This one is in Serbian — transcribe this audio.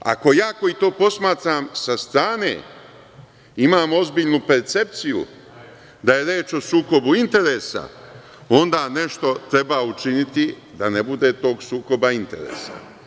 Ako ja koji to posmatram sa strane imam ozbiljnu percepciju da je reč o sukobu interesa, onda nešto treba učiniti da ne bude tog sukoba interesa.